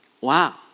Wow